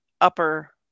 upper